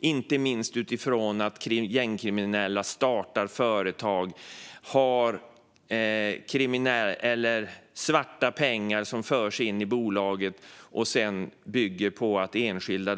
Inte minst handlar det om att gängkriminella startar företag, har svarta pengar som förs in i bolaget och sedan låter enskilda